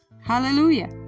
Hallelujah